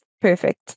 perfect